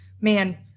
man